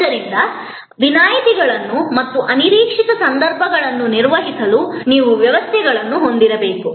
ಆದ್ದರಿಂದ ವಿನಾಯಿತಿಗಳನ್ನು ಮತ್ತು ಅನಿರೀಕ್ಷಿತ ಸಂದರ್ಭಗಳನ್ನು ನಿರ್ವಹಿಸಲು ನೀವು ವ್ಯವಸ್ಥೆಗಳನ್ನು ಹೊಂದಿರಬೇಕು